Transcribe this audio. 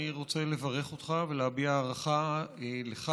אני רוצה לברך אותך ולהביע הערכה לך